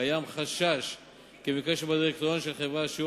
קיים חשש כי במקרה של דירקטוריון של חברה שבו שיעור